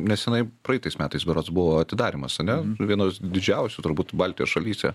nesenai praeitais metais berods buvo atidarymas ane vienos didžiausių turbūt baltijos šalyse